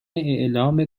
اعلام